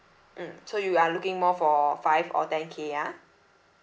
mm so you are looking more for five or ten K ya